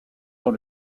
dans